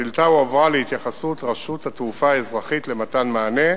השאילתא הועברה להתייחסות רשות התעופה האזרחית למתן מענה.